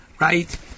right